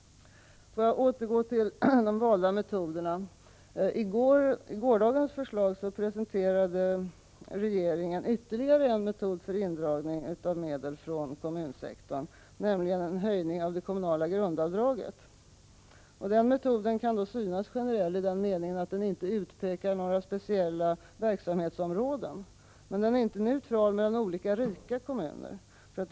För att återgå till de valda metoderna: I gårdagens förslag presenterade regeringen ytterligare en metod för indragning av medel från kommunsektorn, nämligen en höjning av det kommunala grundavdraget. Den metoden kan synas generell i den meningen att den inte utpekar några speciella verksamhetsområden, men den är inte neutral mellan olika rika kommuner.